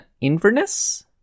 Inverness